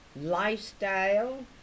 lifestyle